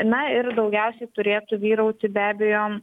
na ir daugiausiai turėtų vyrauti be abejo